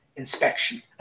inspection